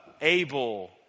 Abel